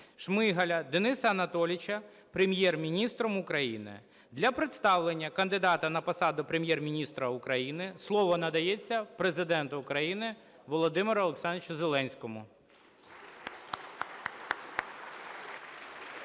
Шмигаля Дениса Анатолійовича Прем'єр-міністром України. Для представлення кандидата на посаду Прем'єр-міністра України слово надається Президенту України Володимиру Олександровичу Зеленському.